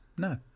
No